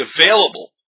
available